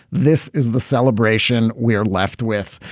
this is the celebration we're left with.